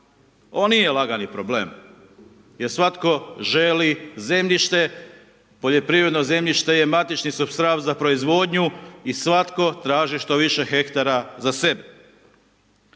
Ovo nije lagani problem, jer svatko želi zemljište, poljoprivredno zemljište je matični supstral za proizvodnju i svatko traži što više hektara za sebe.